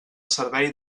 servei